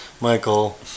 Michael